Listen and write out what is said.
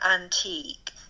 antique